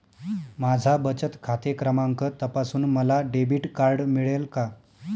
माझा बचत खाते क्रमांक तपासून मला डेबिट कार्ड मिळेल का?